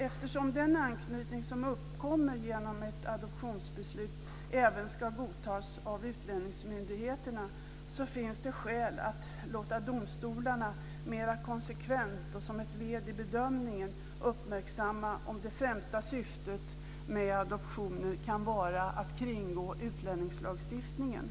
Eftersom den anknytning som uppkommer genom ett adoptionsbeslut även ska godtas av utlänningsmyndigheterna finns det skäl att låta domstolarna mera konsekvent och som ett led i bedömningen uppmärksamma om det främsta syftet med adoptionen kan vara att kringgå utlänningslagstiftningen.